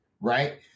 Right